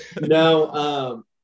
No